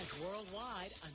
worldwide